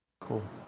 cool